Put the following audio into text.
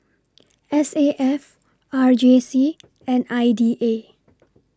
S A F R J C and I D A